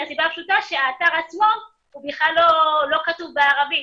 מהסיבה הפשוטה שהאתר עצמו בכלל לא כתוב בערבית.